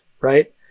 right